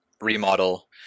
remodel